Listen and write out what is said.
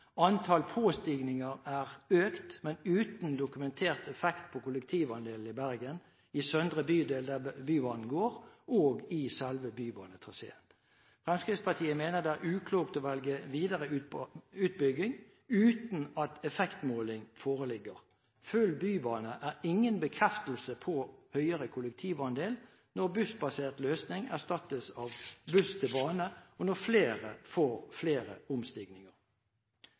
Antall påstigninger er økt, men uten dokumentert effekt på kollektivandelen i Bergen: i søndre bydel der Bybanen går og i selve Bybanetraseen. Fremskrittspartiet mener det er uklokt å velge videre utbygging uten at effektmåling foreligger. Full bybane er ingen bekreftelse på høyere kollektivandel når bussbasert løsning erstattes av buss til bane, og når flere får flere omstigninger.